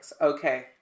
Okay